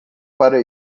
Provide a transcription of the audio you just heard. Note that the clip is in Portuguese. para